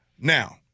Now